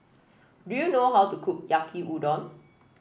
do you know how to cook Yaki Udon